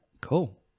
Cool